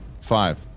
Five